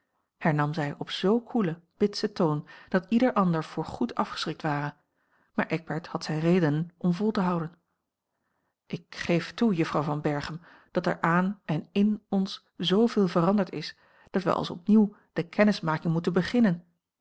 hernam zij op z koelen bitsen toon dat ieder ander voor goed afgeschrikt ware maar eckbert had zijne redenen om vol te houden ik geef toe juffrouw van berchem dat er aan en in ons zooa l g bosboom-toussaint langs een omweg veel veranderd is dat wij als opnieuw de kennismaking moeten beginnen